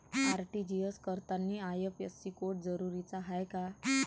RTGS करतांनी IFSC code जरुरीचा हाय का?